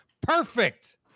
Perfect